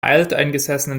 alteingesessenen